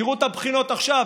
תראו את הבחינות עכשיו,